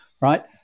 right